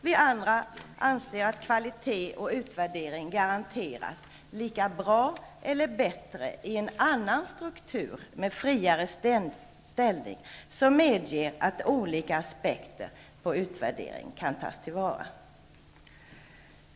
Vi andra anser att kvalitet och utvärdering garanteras lika bra eller bättre med en annan struktur med friare ställning, som medger att olika aspekter på utvärdering kan tas till vara.